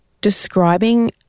Describing